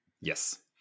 Yes